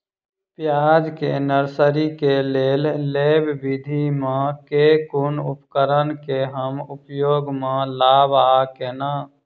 प्याज केँ नर्सरी केँ लेल लेव विधि म केँ कुन उपकरण केँ हम उपयोग म लाब आ केना?